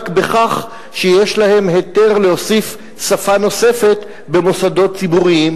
בכך שיש להן היתר להוסיף שפה נוספת במוסדות ציבוריים,